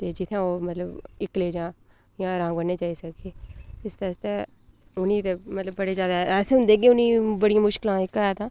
इत्थै मतलब ओह् इक्कले जां जां राम कन्नै जाई सकगे इस्से आस्तै उ'नें गी मतलब बड़े जैदा ऐसे होंदे उ'नें ई बड़ी मुश्कलें दा जेह्का ऐ तां